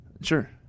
Sure